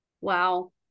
Wow